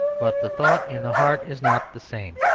but the thought in the heart is not the same